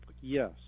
Yes